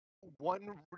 one